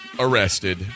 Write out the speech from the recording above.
Arrested